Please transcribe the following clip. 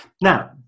Now